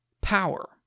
power